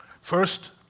First